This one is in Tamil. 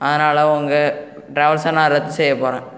அதனால் உங்க ட்ராவல்ஸ்சை நான் ரத்து செய்யப் போறேன்